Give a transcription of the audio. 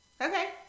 Okay